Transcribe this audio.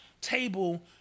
table